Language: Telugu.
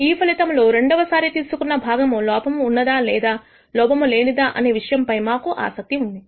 ఈ ఫలితం లో రెండవ సారి తీసుకున్న భాగము లోపము ఉన్నదా లేదా లోపం లేనిదా అనే విషయం పై మాకు ఆసక్తి ఉంది